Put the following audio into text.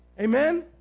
Amen